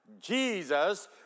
Jesus